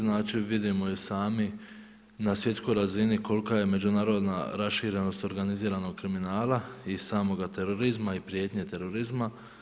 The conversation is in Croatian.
Znači vidimo i sami na svjetskoj razini, kolika je međunarodna raširenost organiziranog kriminala i samoga terorizma i prijetnje terorizma.